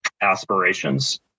aspirations